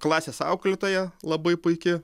klasės auklėtoja labai puiki